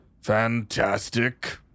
Fantastic